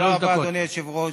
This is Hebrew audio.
אדוני היושב-ראש.